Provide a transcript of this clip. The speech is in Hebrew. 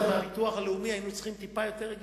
אז מה צריך כזאת הרחבה גדולה?